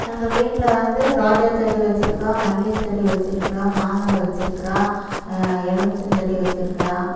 எங்கள் வீட்டில் வந்து ரோஜா செடி வெச்சிருக்கோம் மல்லிகை செடி வெச்சிருக்கிறோம் மாமரம் வெச்சிருக்கிறோம் எலுமிச்சம் செடி வெச்சிருக்கிறோம்